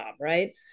right